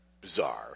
bizarre